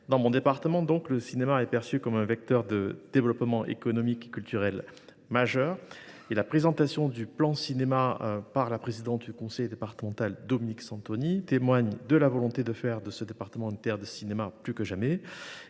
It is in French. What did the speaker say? Dans mon département, le cinéma est perçu comme un vecteur de développement économique et culturel majeur et la présentation du plan Cinéma par la présidente du conseil départemental, Dominique Santoni, témoigne de la volonté de faire plus que jamais du Vaucluse une terre de cinéma. Notre ambition